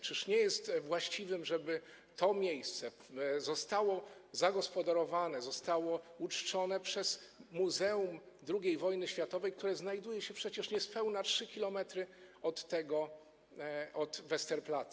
Czyż nie jest właściwe, żeby to miejsce zostało zagospodarowane, zostało uczczone przez Muzeum II Wojny Światowej, które znajduje się przecież niespełna 3 km od Westerplatte?